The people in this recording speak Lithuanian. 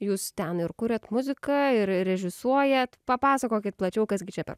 jūs ten ir kuriat muziką ir režisuojat papasakokit plačiau kas gi čia per